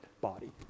body